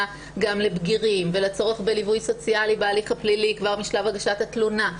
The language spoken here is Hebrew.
גם לבגירים ולצורך בליווי סוציאלי בהליך הפלילי כבר משלב הגשת התלונה.